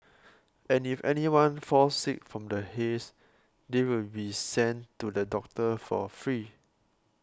and if anyone falls sick from the haze they will be sent to the doctor for free